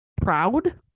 proud